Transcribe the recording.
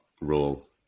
role